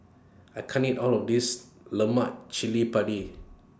I can't eat All of This Lemak Cili Padi